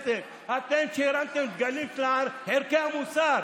היא נתנה לי את המקום והעשייה המשותפת